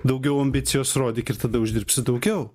daugiau ambicijos rodykit tada uždirbsit daugiau